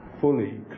fully